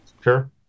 sure